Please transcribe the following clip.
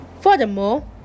Furthermore